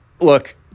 look